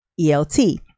ELT